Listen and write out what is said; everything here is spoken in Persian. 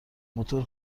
موتور